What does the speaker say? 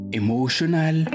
emotional